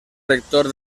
rector